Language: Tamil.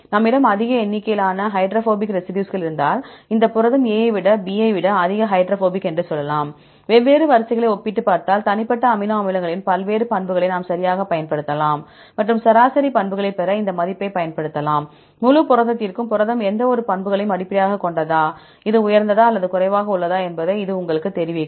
நம்மிடம் அதிக எண்ணிக்கையிலான ஹைட்ரோபோபிக் ரெசிடியூஸ்கள் இருந்தால் இந்த புரதம் A புரதம் B ஐ விட அதிக ஹைட்ரோபோபிக் என்று சொல்லலாம் வெவ்வேறு வரிசைகளை ஒப்பிட்டுப் பார்த்தால் தனிப்பட்ட அமினோ அமிலங்களின் பல்வேறு பண்புகளை நாம் சரியாகப் பயன்படுத்தலாம் மற்றும் சராசரி மதிப்புகளைப் பெற இந்த மதிப்பைப் பயன்படுத்தலாம் முழு புரதத்திற்கும் புரதம் எந்தவொரு பண்புகளையும் அடிப்படையாகக் கொண்டதா இது உயர்ந்ததா அல்லது குறைவாக உள்ளதா என்பதை இது உங்களுக்குத் தெரிவிக்கும்